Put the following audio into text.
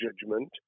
judgment